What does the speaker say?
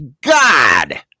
God